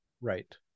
Right